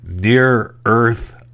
near-earth